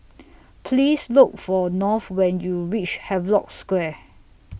Please Look For North when YOU REACH Havelock Square